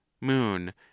moon